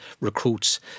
recruits